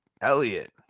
Elliot